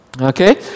Okay